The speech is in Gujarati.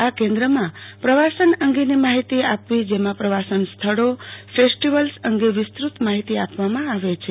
આ કેન્દ્રમાં પ્રવાસન અંગેની માહિતી આપવી જેમાં પ્રવાસન સ્થળો ફેસ્ટિવલ્સ અંગે વિસ્તૃત માહિતી આપવામાં આવે છે